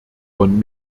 von